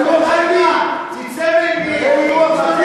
אז תצא ממטה הקסם שלך.